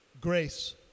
Grace